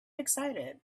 excited